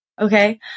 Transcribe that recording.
Okay